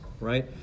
right